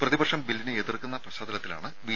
പ്രതിപക്ഷം ബില്ലിനെ എതിർക്കുന്ന പശ്ചാത്തലത്തിലാണ് ബി